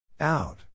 Out